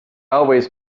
always